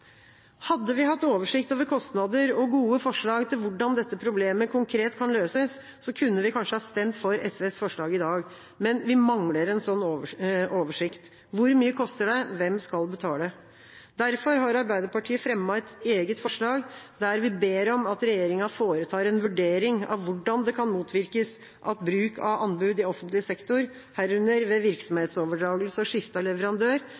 Hadde vi hatt oversikt over kostnader og gode forslag til hvordan dette problemet konkret kan løses, kunne vi kanskje ha stemt for SVs forslag i dag, men vi mangler en slik oversikt. Hvor mye koster det? Hvem skal betale? Derfor har Arbeiderpartiet fremmet et eget forslag, der vi ber om at regjeringa foretar en vurdering av hvordan det kan motvirkes at bruk av anbud i offentlig sektor, herunder ved virksomhetsoverdragelse og skifte av leverandør,